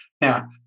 Now